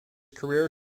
career